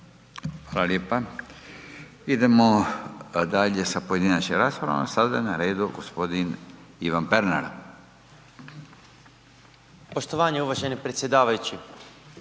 Hvala lijepa. Idemo dalje sa pojedinačnim raspravama, sada je na redu gospodin Ivan Pernar. **Pernar, Ivan (SIP)** Poštovanje uvaženi predsjedavajući.